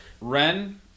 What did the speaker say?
Ren